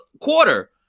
quarter